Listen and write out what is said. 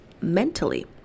mentally